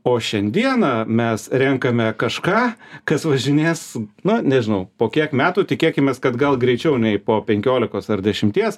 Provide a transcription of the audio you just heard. o šiandieną mes renkame kažką kas važinės na nežinau po kiek metų tikėkimės kad gal greičiau nei po penkiolikos ar dešimties